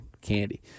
candy